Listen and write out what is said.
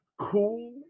cool